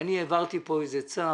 שאני העברתי פה איזשהו צו